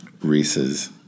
Reese's